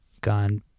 gone